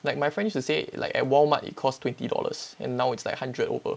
like my friend used to say like at Walmart it costs twenty dollars and now it's like hundred over